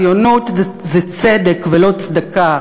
ציונות זה צדק ולא צדקה.